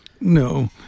No